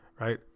right